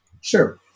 Sure